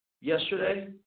yesterday